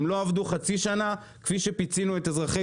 הם לא עבדו חצי שנה כפי שפיצינו את אזרחי